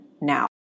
now